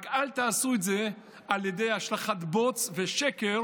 רק אל תעשו את זה על ידי השלכת בוץ ושקר